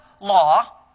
law